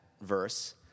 verse